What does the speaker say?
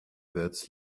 words